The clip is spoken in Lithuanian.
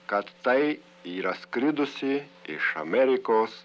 kad tai yra skridusi iš amerikos